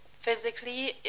physically